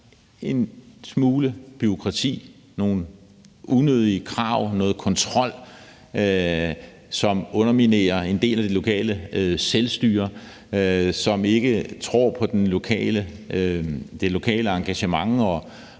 en smule bureaukrati, nogle unødige krav og noget kontrol, som underminerer en del af det lokale selvstyre, og som ikke tror på det lokale engagement og